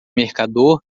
mercador